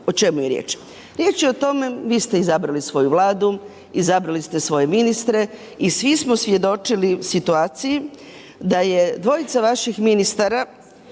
O čemu je riječ? Riječ je o tome, vi ste izabrali svoju Vladu, izabrali ste svoje ministre, i svi smo svjedočili situaciji da je dvojica vaših ministara